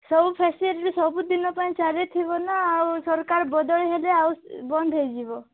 ସବୁ ଫ୍ୟୀସିଲିଟି ସବୁ ଦିନ ପାଇଁ ଚାଲିଥିବ ନା ଆଉ ସରକାର ବଦଳି ହେଲେ ଆଉ ବନ୍ଦ ହୋଇଯିବ